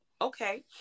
okay